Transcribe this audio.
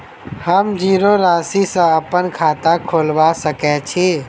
हम जीरो राशि सँ अप्पन खाता खोलबा सकै छी?